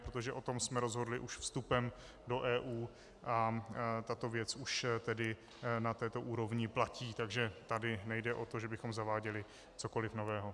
Protože o tom jsme rozhodli už vstupem do EU a tato věc už tedy na této úrovni platí, takže tady nejde o to, že bychom zaváděli cokoliv nového.